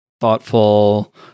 thoughtful